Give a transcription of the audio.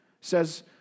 says